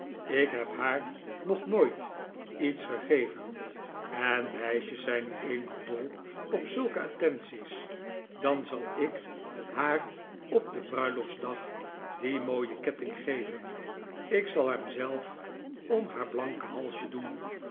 ik heb haar nog nooit iets gegeven en meisjes zijn nu eenmaal dol op zulke attenties dan zal ik haar op den bruiloftsdag dien mooien ketting geven ik zal hem zelf om haar blanke halsje doen